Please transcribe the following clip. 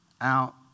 out